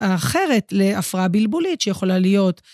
האחרת להפרעה בילבולית שיכולה להיות.